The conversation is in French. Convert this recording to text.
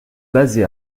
basé